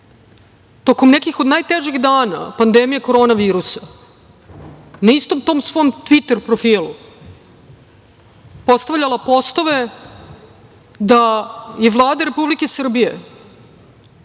tokom nekih od najtežih dana, pandemije korona virusa, na istom tom svom Tviter profilu postavljala postove da je Vlada Republike Srbije